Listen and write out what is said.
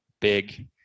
big